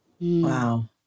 Wow